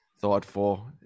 thoughtful